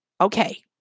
okay